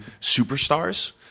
superstars